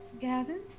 Gavin